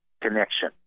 connection